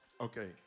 Okay